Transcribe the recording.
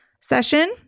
session